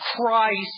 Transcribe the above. Christ